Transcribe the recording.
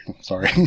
sorry